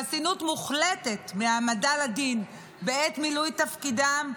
חסינות מוחלטת מהעמדה לדין בעת מילוי תפקידם,